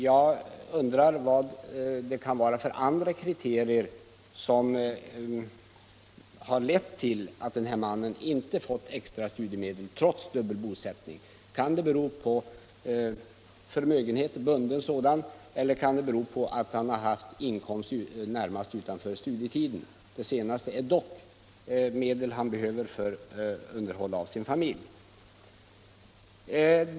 Jag undrar vilka andra kriterier det kan vara som lett till att denne man inte fått extra studiemedel trots dubbelbosättning. Kan det bero på att han har förmögenhet som är bunden, eller kan det bero på att han haft inkomst utanför studietiden? Den inkomsten är dock medel han behöver för underhåll av sin familj.